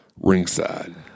ringside